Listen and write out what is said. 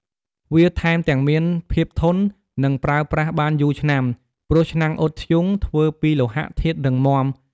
វាថែមទាំង មានភាពធន់ និងប្រើប្រាស់បានយូរឆ្នាំ ព្រោះឆ្នាំងអ៊ុតធ្យូងធ្វើពីលោហៈធាតុរឹងមាំ។